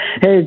Hey